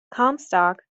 comstock